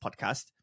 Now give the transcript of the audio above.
podcast